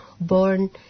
born